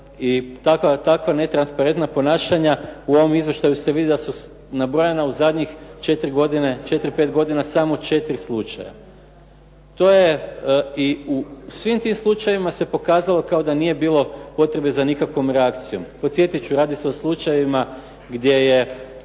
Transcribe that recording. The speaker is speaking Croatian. i takva netransparentna ponašanja u ovom izvještaju se vidi da su nabrojena u zadnjih 4, 5 godina samo 4 slučaja. To je i u svim tim slučajevima se pokazalo kao da nije bilo potrebe za nikakvom reakcijom. Podsjetit ću, radi se o slučajevima gdje se